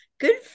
Good